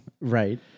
right